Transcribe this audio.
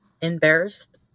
embarrassed